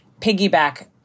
piggyback